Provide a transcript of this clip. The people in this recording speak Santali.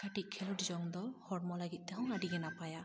ᱠᱟᱹᱴᱤᱪ ᱠᱷᱮᱞᱳᱰ ᱡᱚᱝ ᱫᱚ ᱦᱚᱲᱢᱚ ᱞᱟᱹᱜᱤᱫ ᱛᱮᱦᱚᱸ ᱟᱹᱰᱤᱜᱮ ᱱᱟᱯᱟᱭᱟ